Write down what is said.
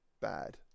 bad